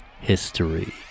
history